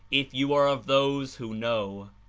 if you are of those who know.